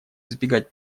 избегать